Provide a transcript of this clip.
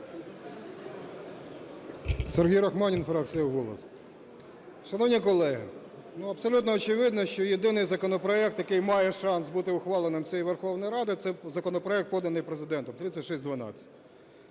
Сергій Рахманін, фракція "Голос". Шановні колеги, абсолютно очевидно, що єдиний законопроект, який має шанс бути ухваленим цією Верховною Радою, це законопроект, поданий Президентом, 3612.